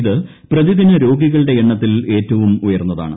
ഇത് പ്രതിദിന രോഗികളുടെ എണ്ണത്തിൽ ഏറ്റവും ഉയർന്നതാണ്